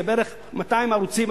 זה בערך 200 ערוצים,